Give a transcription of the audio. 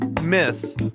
miss